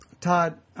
Todd